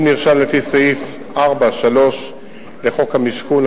אם נרשם לפי סעיף 4(3) לחוק המשכון,